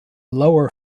lower